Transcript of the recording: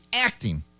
acting